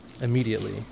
immediately